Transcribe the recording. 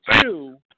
two